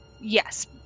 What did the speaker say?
Yes